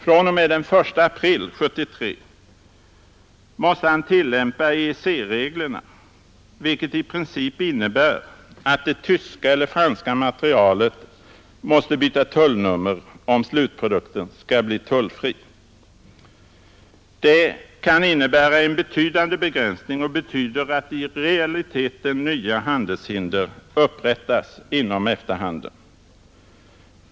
fr.o.m. den 1 april 1973 måste han tillämpa EEC-reglerna, vilket i princip innebär att det tyska eller franska materialet måste byta tullnummer om slutprodukten skall bli tullfri. Det kan innebära en avsevärd begränsning och betyder att i realiteten nya handelshinder upprättas inom EFTA-handeln.